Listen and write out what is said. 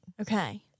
Okay